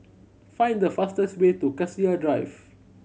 find the fastest way to Cassia Drive